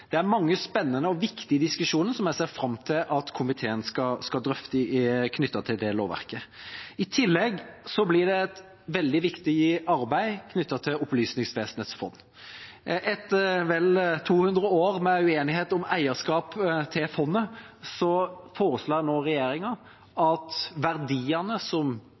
Det er mange spennende og viktige diskusjoner som jeg ser fram til at komiteen skal drøfte knyttet til det lovverket. I tillegg blir det et veldig viktig arbeid knyttet til Opplysningsvesenets fond. Etter vel 200 år med uenighet om eierskap til fondet, foreslår nå regjeringa at verdiene som